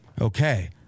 Okay